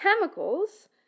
chemicals